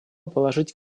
положить